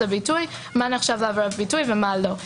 הביטוי מה נחשב עבירת ביטוי ומה לא.